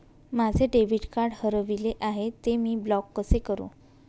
माझे debit card हरविले आहे, ते मी ब्लॉक कसे करु?